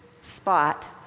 spot